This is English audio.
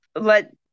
let